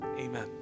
amen